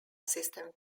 system